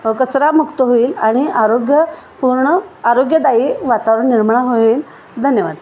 कचरामुक्त होईल आणि आरोग्य पूर्ण आरोग्यदायी वातावरण निर्माण होईल धन्यवाद